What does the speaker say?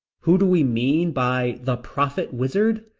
who do we mean by the prophet-wizard?